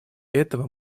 этого